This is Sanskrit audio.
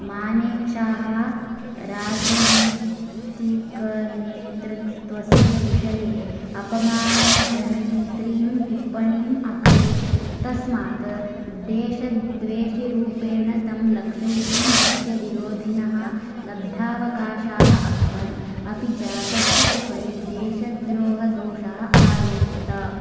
मानेक्षाः राजनैतीकनेतृत्वस्य विषये अपमानजनयित्रीं टिप्पणीम् अकरोत् तस्मात् देश द्वेष्यरूपेण तं लक्षयितुं तस्य विरोधिनः लब्धावकाशाः अभवन् अपि च तस्य उपरि देशद्रोहदोषाः आरोप्यत